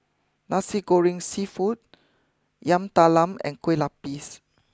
Nasi Goreng Seafood Yam Talam and Kueh Lapis